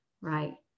right